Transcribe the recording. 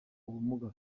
ubumuga